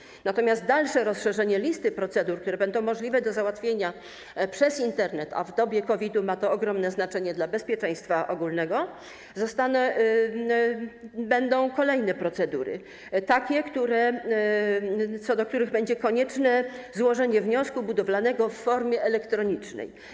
Natomiast jeśli chodzi o dalsze rozszerzenie listy procedur, które będą możliwe do załatwienia przez Internet - a w dobie COVID-u ma to ogromne znaczenie dla bezpieczeństwa ogólnego - będą kolejne procedury, takie, co do których będzie konieczne złożenie wniosku budowlanego w formie elektronicznej.